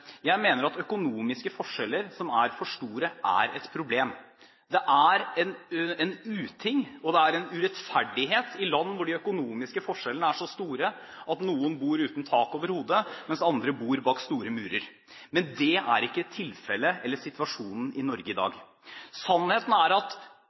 Jeg mener at økonomiske forskjeller som er for store, er et problem. Det er en uting, og det er en urettferdighet i land hvor de økonomiske forskjellene er så store at noen bor uten tak over hodet, mens andre bor bak store murer. Men dét er ikke situasjonen i Norge i